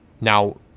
Now